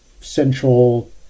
central